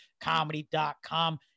comedy.com